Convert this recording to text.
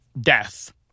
Death